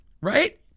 right